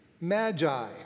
Magi